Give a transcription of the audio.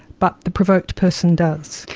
but the provoked person does.